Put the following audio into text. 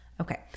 Okay